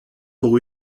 pour